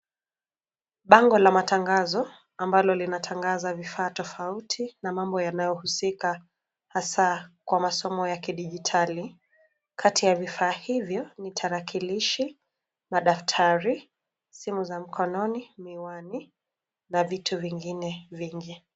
Bango la matangazo ambalo linatangaza vifaa tofauti na mambo yanayohusika hasa kwa masomo ya kidijitali. Kati ya vifaa hivyo ni tarakilishi, madaftari, simu za mkononi, miwani na vitu vingine vingi.